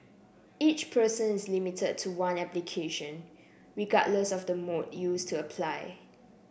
each person is limited to one application regardless of the mode used to apply